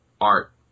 art